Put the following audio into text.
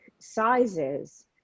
sizes